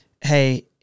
hey